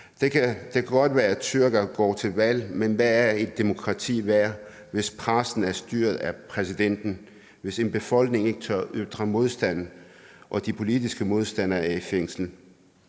Det kan godt være, at tyrkere går til valg, men hvad er et demokrati værd, hvis pressen er styret af præsidenten, hvis en befolkning ikke tør ytre modstand og de politiske modstandere er i fængsel?